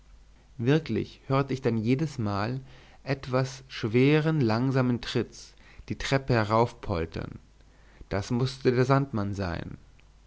wirklich hörte ich dann jedesmal etwas schweren langsamen tritts die treppe heraufpoltern das mußte der sandmann sein